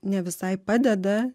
ne visai padeda